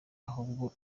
ahubwo